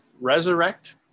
resurrect